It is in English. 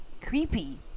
creepy